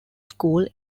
school